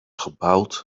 gebouwd